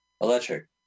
Electric